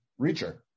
Reacher